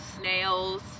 snails